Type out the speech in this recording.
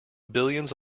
billions